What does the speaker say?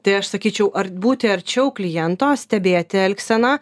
tai aš sakyčiau ar būti arčiau kliento stebėti elgseną